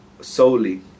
solely